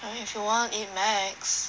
I mean if you wanna eat Macs